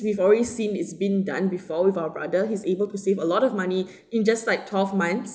we've already seen it's been done before with our brother he's able to save a lot of money in just like twelve months